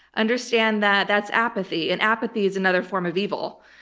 understand that that's apathy, and apathy is another form of evil.